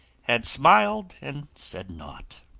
had smiled and said naught.